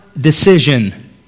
decision